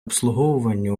обслуговування